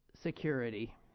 security